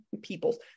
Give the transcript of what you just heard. people